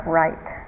right